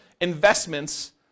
investments